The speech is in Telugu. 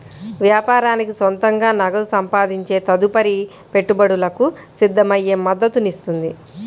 వ్యాపారానికి సొంతంగా నగదు సంపాదించే తదుపరి పెట్టుబడులకు సిద్ధమయ్యే మద్దతునిస్తుంది